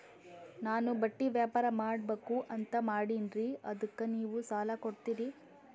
ನಾನು ಬಟ್ಟಿ ವ್ಯಾಪಾರ್ ಮಾಡಬಕು ಅಂತ ಮಾಡಿನ್ರಿ ಅದಕ್ಕ ನೀವು ಸಾಲ ಕೊಡ್ತೀರಿ?